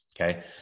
okay